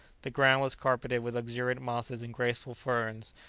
the ground was carpeted with luxuriant mosses and graceful ferns,